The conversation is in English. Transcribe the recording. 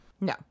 No